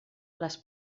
les